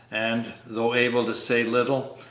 and, though able to say little,